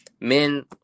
men